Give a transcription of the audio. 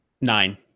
nine